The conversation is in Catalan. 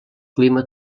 clima